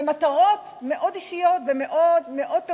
במטרות מאוד אישיות, מאוד מאוד פרסונליות,